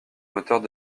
moteurs